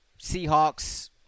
Seahawks